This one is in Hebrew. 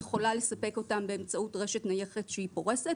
היא יכולה לספק אותם באמצעות רשת נייחת שהיא פורסת